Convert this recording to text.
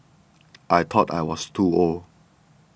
I thought I was too old